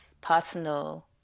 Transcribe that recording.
personal